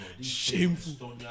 Shameful